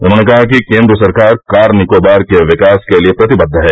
उन्होर्न कहा कि केन्द्र सरकार कार निकोबार के विकास के लिए प्रतिबद्द है